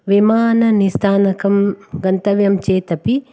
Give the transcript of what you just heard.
विमाननिस्थानकं गन्तव्यं चेदपि